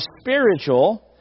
spiritual